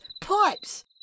pipes